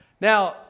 Now